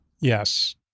Yes